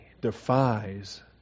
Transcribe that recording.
defies